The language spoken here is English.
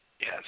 yes